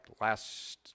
last